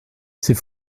c’est